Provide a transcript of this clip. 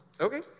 okay